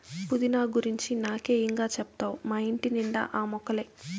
పుదీనా గురించి నాకే ఇం గా చెప్తావ్ మా ఇంటి నిండా ఆ మొక్కలే